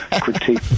critique